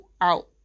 out